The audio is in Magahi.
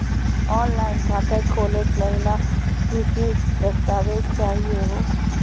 ऑनलाइन खाता खोलै महिना की की दस्तावेज चाहीयो हो?